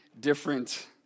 different